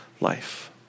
life